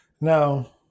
Now